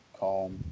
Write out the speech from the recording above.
calm